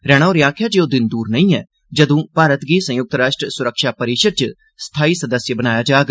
रैणा होरें आक्खेआ ऐ जे ओ दिन दूर नेई ऐ जदू भारत गी संयुक्त राश्ट्र सुरक्षा परिषद च स्थाई सदस्य बनाया जाग